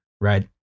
right